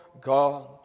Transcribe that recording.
God